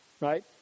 right